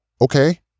okay